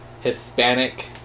hispanic